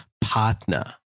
partner